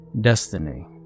Destiny